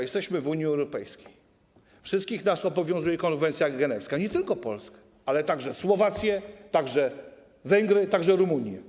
Jesteśmy w Unii Europejskiej, wszystkich nas obowiązuje konwencja genewska, nie tylko Polskę, ale także Słowację, także Węgry, także Rumunię.